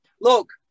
Look